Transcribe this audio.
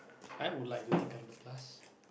I would like to think i'm the plus